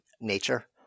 Nature